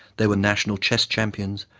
there were national chess champions,